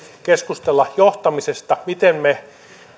keskustella johtamisesta miten me